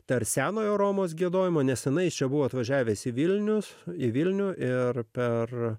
tarp senojo romos giedojimo neseniai čia buvo atvažiavęs į vilniaus į vilnių ir per